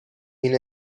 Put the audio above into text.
این